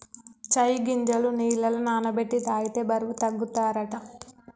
చై గింజలు నీళ్లల నాన బెట్టి తాగితే బరువు తగ్గుతారట